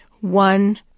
One